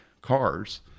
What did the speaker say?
cars